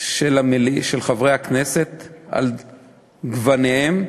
של חברי הכנסת על גוניהם,